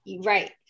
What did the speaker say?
Right